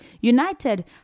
United